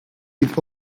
with